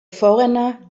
foreigner